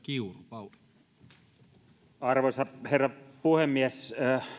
arvoisa herra puhemies